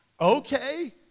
okay